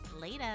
Later